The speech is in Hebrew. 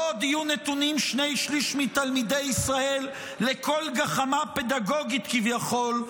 לא עוד יהיו נתונים שני שלישים מתלמידי ישראל לכל גחמה פדגוגית כביכול,